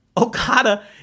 Okada